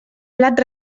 plat